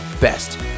best